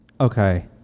Okay